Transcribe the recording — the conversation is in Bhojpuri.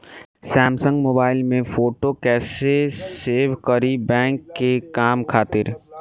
सैमसंग मोबाइल में फोटो कैसे सेभ करीं बैंक के काम खातिर?